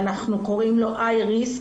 שאנחנו קוראים לו "היי ריסק",